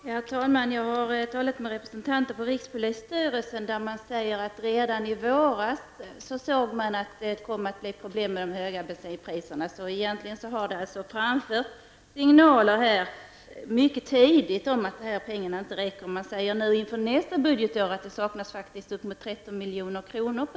Herr talman! Jag har talat med representanter för rikspolisstyrelsen som säger att man redan i våras såg att det skulle bli problem med höga bensinpriser. Så egentligen har det framförts signaler mycket tidigt om att pengarna inte kommer att räcka. Man säger nu inför nästa budgetår att det faktiskt saknas uppemot 13 milj.kr.